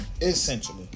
Essentially